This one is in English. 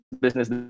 business